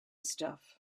stuff